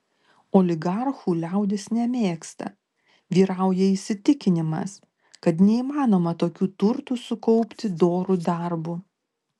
oligarchų liaudis nemėgsta vyrauja įsitikinimas kad neįmanoma tokių turtų sukaupti doru darbu